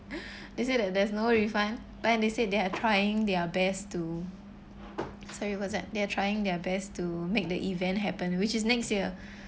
they say that there's no refund but then they said they are trying their best to sorry what was that they are trying their best to make the event happen which is next year